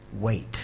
Wait